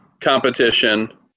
competition